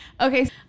Okay